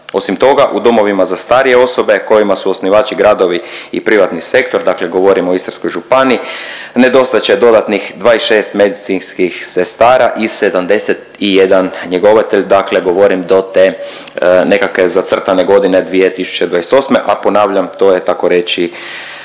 Osim toga, u domovima za starije osobe kojima su osnivači gradovi i privatni sektor, dakle govorimo o Istarskoj županiji nedostajat će dodatnih 26 medicinskih sestara i 71 njegovatelj, dakle govorim do te nekakve zacrtane godine 2028., a ponavljam, to je tako reći